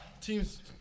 teams